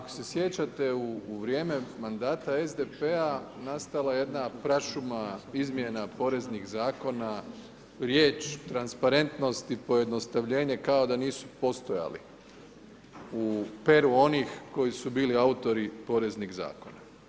Ako se sjećate u vrijeme mandata SDP-a nastala je jedna prašuma izmjena poreznih zakona, riječ transparentnost i pojednostavljenje kao da nisu postojali u peru onih koji su bili autori poreznih zakona.